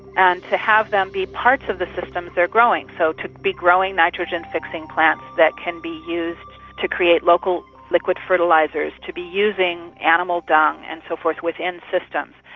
and to have them be parts of the systems they're growing. so to be growing nitrogen fixing plants that can be used to create local liquid fertilisers, to be using animal dung and so forth within systems.